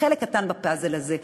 חלק קטן בפאזל הזה,